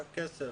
רק כסף?